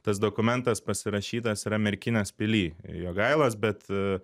tas dokumentas pasirašytas yra merkinės pily jogailos bet